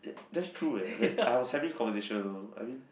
da~ that's true eh like I was having this conversation also I mean